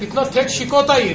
तिथनं थेट शिकवता येईल